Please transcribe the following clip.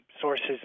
sources